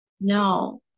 no